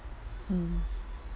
mm